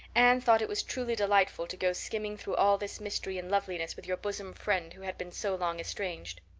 anne thought it was truly delightful to go skimming through all this mystery and loveliness with your bosom friend who had been so long estranged.